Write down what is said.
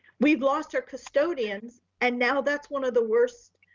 we've lost our custodians. and now that's one of the worst,